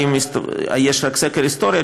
האם יש רק סקר היסטורי,